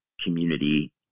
community